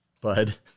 Bud